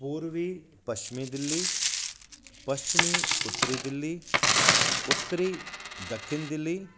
पूर्वी पश्चिमी दिल्ली पश्चिमी उत्तरी दिल्ली उत्तरी ॾखिण दिल्ली